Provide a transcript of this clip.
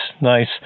nice